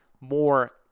more